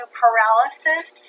paralysis